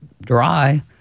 dry